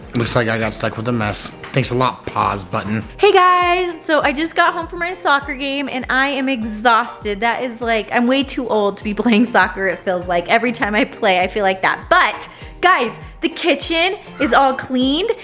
looks like i got stuck with the mess, thanks a lot, pause button. hey guys, so i just got home from my soccer game and i am exhausted, that is like, i'm way too old to be playing soccer it feels like, every time i play i feel like that but guys, the kitchen is all cleaned.